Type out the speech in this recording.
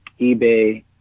eBay